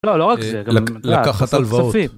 לא לא רק לקחת הלוואות.